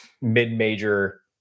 mid-major